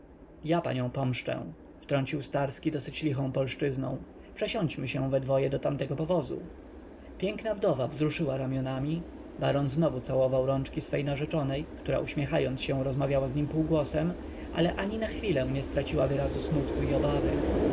ja panią pomszczę wtrącił starski dosyć lichą polszczyzną przesiądźmy się we dwoje do tamtego powozu piękna wdowa wzruszyła ramionami baron znowu całował rączki swojej narzeczonej która uśmiechając się rozmawiała z nim półgłosem ale ani na chwilę nie straciła wyrazu smutku i obawy